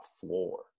floor